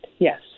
Yes